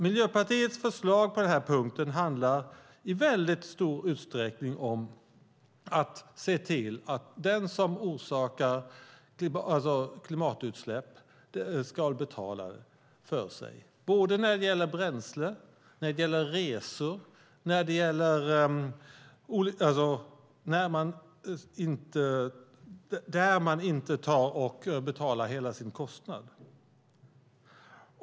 Miljöpartiets förslag på denna punkt handlar i stor utsträckning om att se till att den som orsakar klimatutsläpp ska betala för sig, när det gäller både bränsle och resor och där man inte betalar hela sin kostnad.